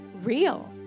real